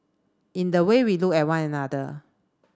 in the way we look at one another